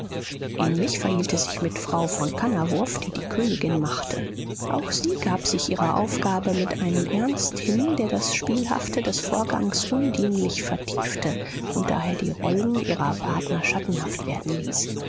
ähnlich verhielt es sich mit frau von kannawurf die die königin machte auch sie gab sich ihrer aufgabe mit einem ernst hin der das spielhafte des vorgangs undienlich vertiefte und daher die rollen ihrer partner schattenhaft werden ließ